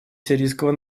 сирийского